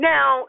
Now